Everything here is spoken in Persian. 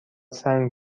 سنگ